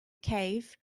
cave